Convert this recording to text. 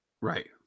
Right